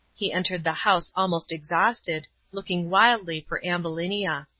he entered the house almost exhausted, looking wildly for ambulinia.